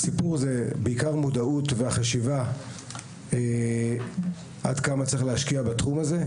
העניין הוא בעיקר המודעות והחשיבה עד כמה צריך להשקיע בתחום הזה.